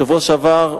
בשבוע שעבר,